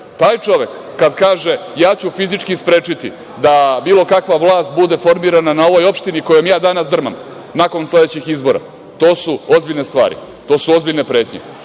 Taj čovek kada kaže – ja ću fizički sprečiti da bilo kakva vlast bude formirana na ovoj opštini kojom ja danas drmam nakon sledećih izbora. To su ozbiljne stvari, to su ozbiljne pretnje.